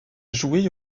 jouait